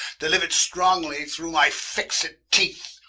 deliuer'd strongly through my fixed teeth,